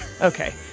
okay